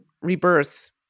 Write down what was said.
rebirth